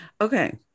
Okay